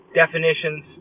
definitions